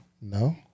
no